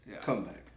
Comeback